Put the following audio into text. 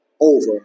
over